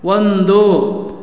ಒಂದು